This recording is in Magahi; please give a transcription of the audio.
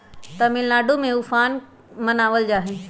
तमिलनाडु में उफान मनावल जाहई